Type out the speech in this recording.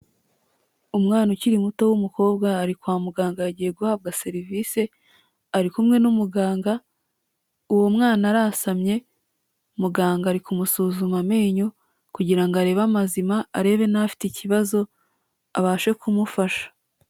Umwana ukiri muto w'umukobwa, ari kwa muganga yagiye guhabwa serivise, ari kumwe n'umuganga, uwo mwana arasamye, muganga ari kumusuzuma amenyo kugira ngo arebe amazima arebe n'afite ikibazo, abashe kumufasha.